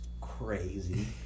crazy